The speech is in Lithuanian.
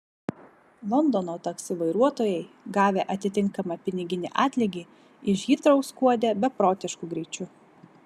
londono taksi vairuotojai gavę atitinkamą piniginį atlygį iš hitrou skuodė beprotišku greičiu